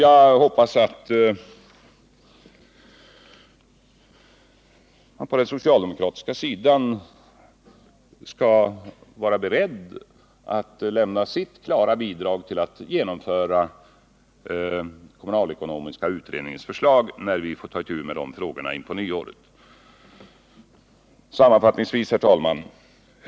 Jag hoppas att man på den socialdemokratiska sidan skall vara beredd att bidra till genomförandet av den kommunalekonomiska utredningens förslag när vi skall ta itu med dessa frågor efter nyår. 147 Sammanfattningsvis vill jag säga, herr talman!